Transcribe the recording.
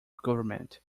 government